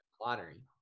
lottery